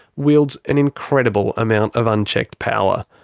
wields an incredible amount of unchecked power.